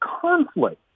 conflict